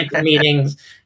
meetings